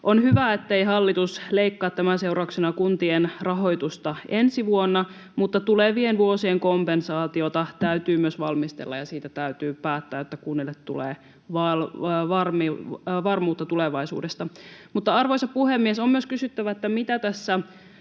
On hyvä, ettei hallitus leikkaa tämän seurauksena kuntien rahoitusta ensi vuonna, mutta myös tulevien vuosien kompensaatiota täytyy valmistella, ja siitä täytyy päättää, jotta kunnille tulee varmuutta tulevaisuudesta. Arvoisa puhemies! On myös kysyttävä, mitä tässä